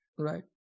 Right